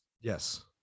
yes